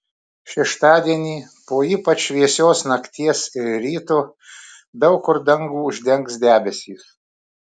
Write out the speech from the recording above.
šeštadienį po ypač vėsios nakties ir ryto daug kur dangų uždengs debesys